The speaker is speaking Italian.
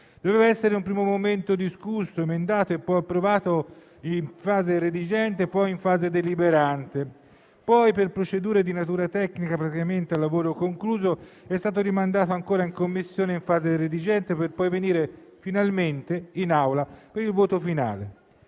doveva essere in un primo momento discusso, emendato e poi approvato, prima in sede redigente, poi in sede deliberante e infine, per procedure di natura tecnica, praticamente a lavoro concluso, è stato rimandato ancora in Commissione, in sede referente, per venire finalmente in Assemblea per il voto finale.